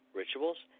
rituals